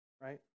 right